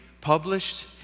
published